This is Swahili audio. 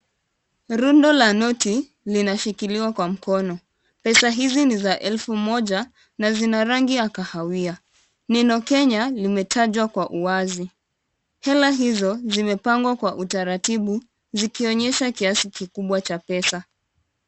Rundo la noti linashikiliwa kwa mkono. Pesa hizi ni za elfu moja na ni za rangi ya kahawia. Neno Kenya limetajwa kwa uwazi. Hela hizo zimepangwa kwa utaratibu zikionyesha kiasi kikubwa cha pesa.